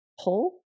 Pull